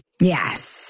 Yes